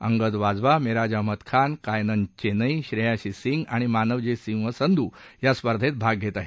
अंगद बाजवा मेराज अहमद खान कायनन घेनई श्रेयासी सिंग आणि मानवजीत सिंह संधू या स्पर्धेत भाग घेत आहेत